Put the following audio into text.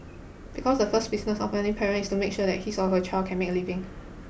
because the first business of any parent is to make sure that his or her child can make a living